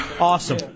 Awesome